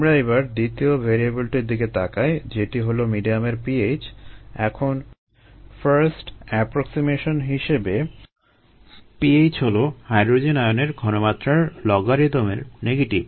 আমরা এবার দ্বিতীয় ভ্যারিয়েবলটির দিকে তাকাই যেটি হলো মিডিয়ামের pH এখন ফার্স্ট এপ্রোক্সিমেশন হিসেবে pH হলো হাইড্রোজেন আয়নের ঘনমাত্রার লগারিদমের নেগেটিভ